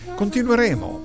continueremo